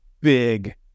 big